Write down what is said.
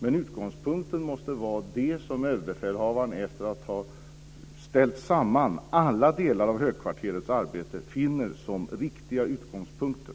Men utgångspunkten måste vara det som överbefälhavaren efter att ha ställt samman alla delar av högkvarterets arbete finner som riktiga utgångspunkter.